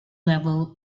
level